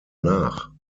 nach